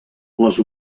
les